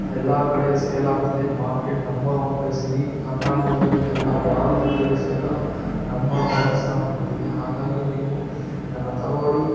ಎಲ್ಲ ಕಡೆ ಸೇಲ್ ಆಗ್ತಿದೆ ಮಾರ್ಕೆಟ್ ನಂಬರ್ ಒನ್ ಪ್ಲೇಸ್ ಇಡೀ ಕರ್ನಾಟಕದಲ್ಲಿ ಅಲ್ಲ ಭಾರತದಲ್ಲಿ ಸಹಿತ ನಂಬರ್ ಒನ್ ಸ್ಥಾನ ಪಡೆದಿದೆ ಹಾಗಾಗಿ ನೀವು ಇದನ್ನು ತೊಗೊಳಿ